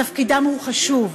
תפקידם חשוב,